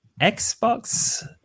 Xbox